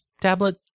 tablet